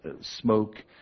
smoke